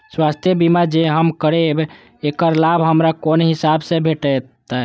स्वास्थ्य बीमा जे हम करेब ऐकर लाभ हमरा कोन हिसाब से भेटतै?